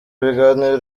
ibiganiro